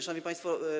Szanowni Państwo!